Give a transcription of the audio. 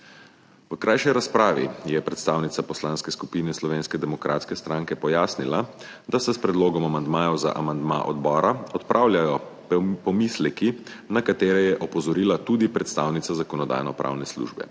V krajši razpravi je predstavnica Poslanske skupine Slovenske demokratske stranke pojasnila, da se s predlogom amandmajev za amandmaje odbora odpravljajo pomisleki, na katere je opozorila tudi predstavnica Zakonodajno-pravne službe,